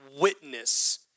witness